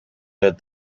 dead